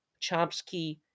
Chomsky